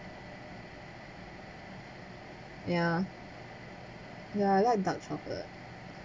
ya ya I like dark chocolate